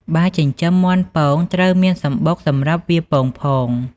បើចិញ្ចឹមមាន់ពង ត្រូវមានសំបុកសម្រាប់វាពងផង។